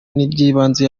ry’ibanze